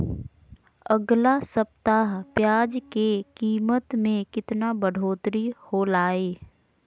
अगला सप्ताह प्याज के कीमत में कितना बढ़ोतरी होलाय?